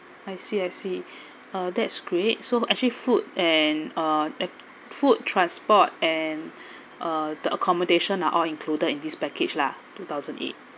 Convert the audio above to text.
I see I see uh that's great so actually food and uh at food transport and uh the accommodation are all included in this package lah two thousand eight